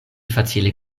facile